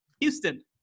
Houston